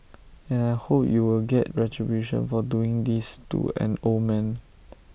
and I hope U will get retribution for doing this to an old man